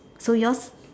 so yours